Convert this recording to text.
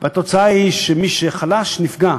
והתוצאה היא שמי שחלש נפגע,